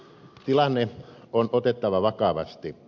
tilanne on otettava vakavasti